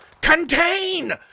Contain